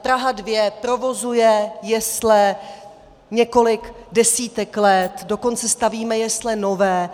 Praha 2 provozuje jesle několik desítek let, dokonce stavíme jesle nové.